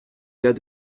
gars